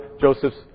Joseph's